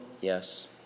Yes